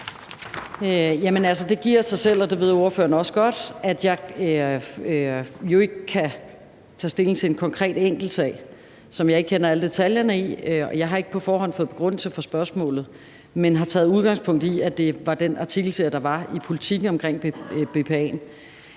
Det giver sig selv, og det ved ordføreren også godt, at jeg jo ikke kan tage stilling til en konkret enkeltsag, som jeg ikke kender alle detaljerne i. Jeg har ikke på forhånd fået en begrundelse for spørgsmålet, men har taget udgangspunkt i, at det var den artikelserie, der var i Politiken, omkring BPA'en.